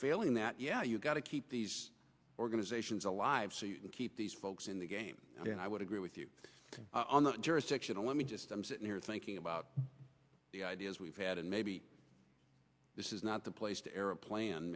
failing that yeah you've got to keep these organizations alive so you can keep these folks in the game and i would agree with you on the jurisdiction and let me just i'm sitting here thinking about the ideas we've had and maybe this is not the place to air a plan